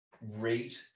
rate